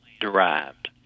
derived